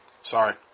Sorry